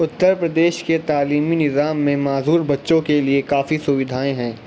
اتر پردیش کے تعلیمی نظام میں معذور بچوں کے لیے کافی سودھائیں ہیں